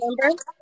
remember